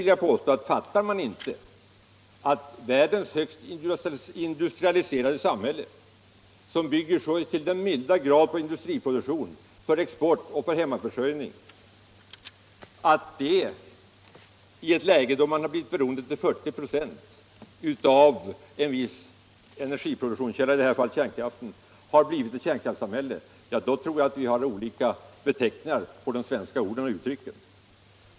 Och jag vill påstå att om man inte fattar att världens högst industrialiserade samhälle - som så till den milda grad bygger på industriproduktion för export och hemmaförsörjning — i ett läge då vi blivit beroende till 40 96 av en viss energiproduktionskälla, i detta fall kärnkraft, har blivit ett kärnkraftssamhälle, så har vi olika uppfattningar om innebörden av svenska ord och uttryck!